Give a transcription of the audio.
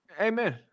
Amen